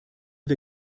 wir